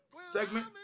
segment